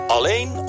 Alleen